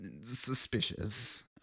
suspicious